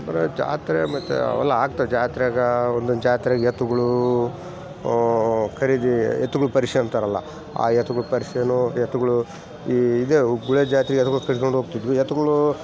ಅಂದರೆ ಜಾತ್ರೆ ಮತ್ತು ಅವೆಲ್ಲ ಆಗ್ತವೆ ಜಾತ್ರೆಗೆ ಒಂದೊಂದು ಜಾತ್ರೆಗೆ ಎತ್ತುಗಳು ಖರೀದಿ ಎತ್ತುಗಳ ಪರಿಷೆ ಅಂತಾರಲ್ಲ ಆ ಎತ್ತುಗಳ ಪರಿಷೆ ಎತ್ತುಗಳು ಈ ಇದೇ ಗುಳೆ ಜಾತ್ರೆ ಎತ್ತುಗಳನ್ ಕರ್ಕೊಂಡು ಹೋಗ್ತಿದ್ವಿ ಎತ್ತುಗಳು